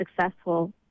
successful